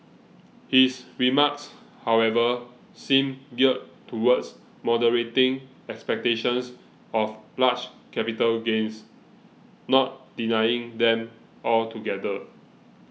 his remarks however seem geared towards moderating expectations of large capital gains not denying them altogether